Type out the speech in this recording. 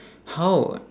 how